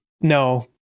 No